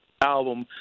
album